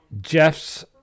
Jeff's